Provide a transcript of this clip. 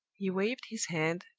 he waved his hand,